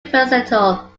versatile